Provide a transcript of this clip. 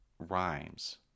Rhymes